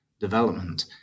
development